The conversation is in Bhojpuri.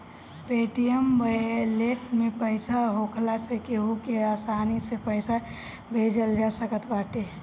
पेटीएम वालेट में पईसा होखला से केहू के आसानी से पईसा भेजल जा सकत बाटे